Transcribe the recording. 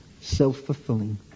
self-fulfilling